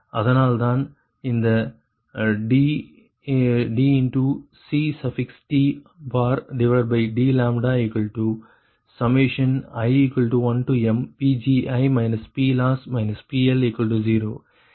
அதனால்தான் அந்த dCTdλi1mPgi PLoss PL0 இது சமன்பாடு 28 ஆகும்